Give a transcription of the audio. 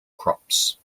crops